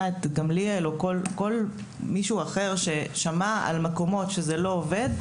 את גמליאל או כל מי ששמע על מקומות שזה לא עובד,